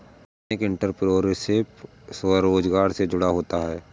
ethnic entrepreneurship स्वरोजगार से जुड़ा होता है